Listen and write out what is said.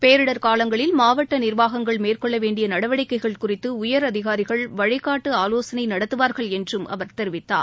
பேரிடர் காலங்களில் மாவட்ட நிர்வாகங்கள் மேற்கொள்ள வேண்டிய நடவடிக்கைகள் குறித்து உயர் அதிகாரிகள் வழிகாட்டு ஆலோசனை நடத்துவார்கள் என்றும் அவர் தெரிவித்தார்